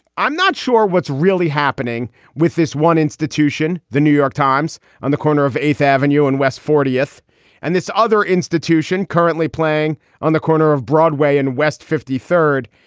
i'm not sure what's really happening with this one institution. the new york times on the corner of eighth avenue and west fortieth and this other institution currently playing on the corner of broadway and west. fifty third.